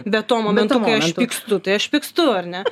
bet tuo momentu kai aš pykstu tai aš pykstu ar ne